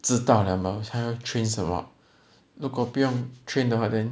知道了吗还要 train 什么如果不用 train 的话 then